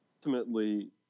ultimately